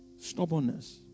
Stubbornness